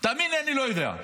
תאמין לי, אני לא יודע.